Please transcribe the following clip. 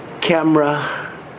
camera